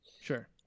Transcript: Sure